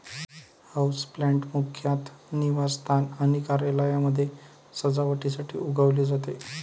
houseplant मुख्यतः निवासस्थान आणि कार्यालयांमध्ये सजावटीसाठी उगवले जाते